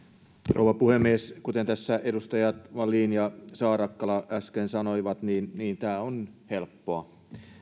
rouva puhemies kuten tässä edustajat wallin ja saarakkala äsken sanoivat niin tämä on helppoa